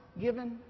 given